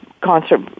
concert